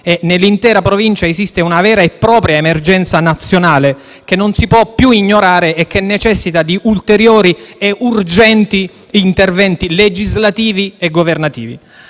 e nell'intera Provincia esiste una vera e propria emergenza nazionale, che non si può più ignorare e che necessita di ulteriori e urgenti interventi legislativi e governativi.